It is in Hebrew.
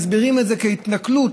מסבירים את זה כהתנכלות,